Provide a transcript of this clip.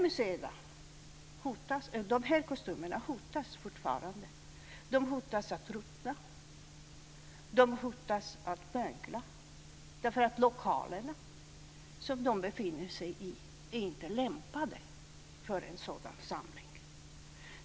Men de här kostymerna hotar fortfarande att ruttna och att mögla därför att lokalerna som de finns i inte är lämpade för en sådan samling.